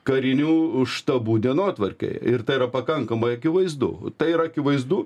karinių štabų dienotvarkėje ir tai yra pakankamai akivaizdu tai yra akivaizdu